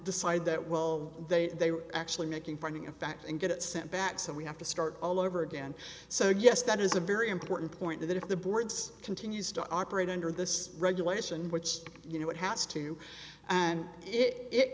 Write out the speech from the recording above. decide that well they actually making finding a fact and get sent back so we have to start all over again so yes that is a very important point that if the board's continues to operate under this regulation which you know it has to and it